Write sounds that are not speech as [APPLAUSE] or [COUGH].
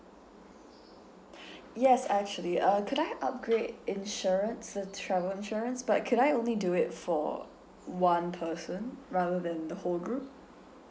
[BREATH] yes actually uh could I upgrade insurance uh travel insurance but could I only do it for one person rather than the whole group